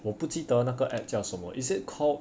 我不记得那个 app 叫什么 is it called